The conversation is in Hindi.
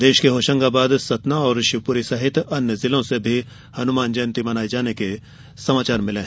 प्रदेश के होशंगाबाद सतना और शिवपुरी सहित अन्य जिलों से भी हनुमान जयंती मनाये जाने के समाचार मिले हैं